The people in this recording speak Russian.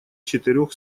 четырех